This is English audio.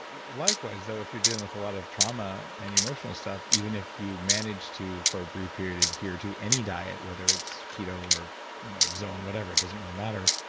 likewise, though, if you're dealing with a lot of trauma and emotional stuff, even if you manage to, for a brief period, adhere to any diet, whether it's keto or you know zone, whatever, it doesn't really matter,